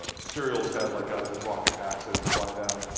but serials had like, guys with rocket packs, they would fly them.